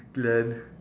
glen